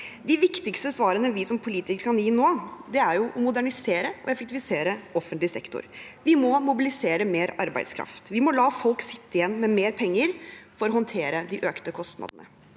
De viktigste svarene vi som politikere kan gi nå, er å modernisere og effektivisere offentlig sektor. Vi må mobilisere mer arbeidskraft. Vi må la folk sitte igjen med mer penger for å håndtere de økte kostnadene.